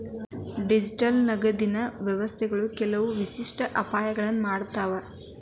digital ನಗದಿನ್ ವ್ಯವಸ್ಥಾ ಕೆಲವು ವಿಶಿಷ್ಟ ಅಪಾಯಗಳನ್ನ ಮಾಡತಾವ